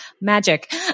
magic